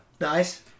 Nice